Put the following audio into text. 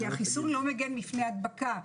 החיסון לא מגן בפני הדבקה,